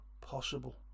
possible